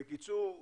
בקיצור,